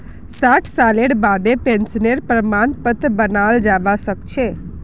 साठ सालेर बादें पेंशनेर प्रमाण पत्र बनाल जाबा सखछे